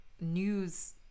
news